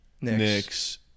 Knicks